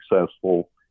successful